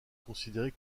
considérée